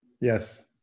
Yes